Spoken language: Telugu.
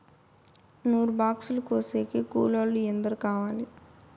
నూరు బాక్సులు కోసేకి కూలోల్లు ఎందరు కావాలి?